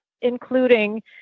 including